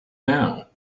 now